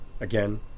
Again